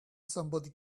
somebody